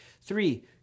Three